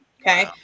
Okay